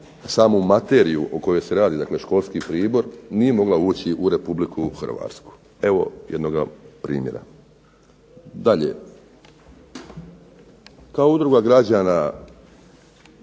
samu materiju o kojoj se radi, dakle školski pribor, nije mogla ući u RH. Evo jednoga primjera. Dalje, kao Udruga građana